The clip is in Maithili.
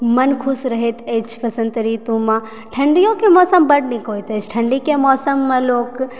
मन खुश रहैत अछि बसन्त ऋतुमे ठण्डिओके मौसम बड्ड नीक होइत अछि ठण्डीके मौसममे लोक